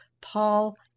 Paul